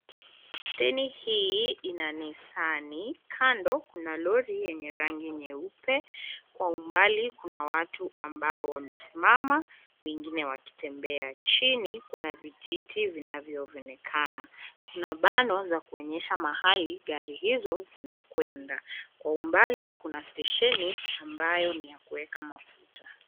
Steni hii ina Nisani. Kando kuna lori yenye rangi nyeupe. Kwa umbali kuna watu ambao wamesimama wengine wakitembea. Chini kuna vijiti vinavyoonekana. Kuna bano za kuonyesha mahali gari hizo zinakwenda. Kwa umbali kuna stesheni ambayo ni ya kuweka mafuta.